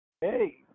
Hey